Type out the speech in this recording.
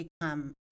become